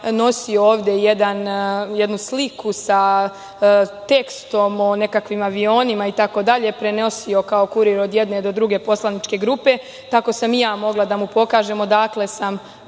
nosio ovde jednu sliku sa tekstom o nekakvim avionima itd, prenosio, kao kurir, od jedne do druge poslaničke grupe, tako sam i ja mogla da mu pokažem odakle sam